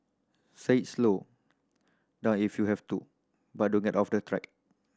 say slow down if you have to but don't get off the track